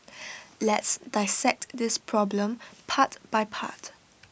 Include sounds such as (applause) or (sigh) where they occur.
(noise) let's dissect this problem part by part